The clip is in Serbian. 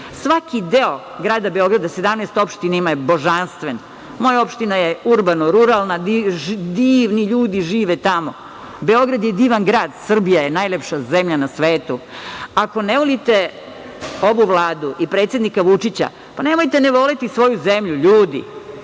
Svaki deo grada Beograda, 17 opština ima, je božanstven. Moja opština je urbano ruralna, divni ljudi žive tamo. Beograd je divan grad, Srbija je najlepša zemlja na svetu. Ako ne volite ovu Vladu i predsednik Vučića, nemojte ne voleti svoju zemlju, ljudi!